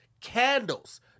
candles